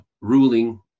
ruling